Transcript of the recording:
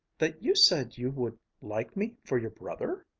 that you said you would like me for your brother?